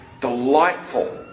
delightful